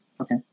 Okay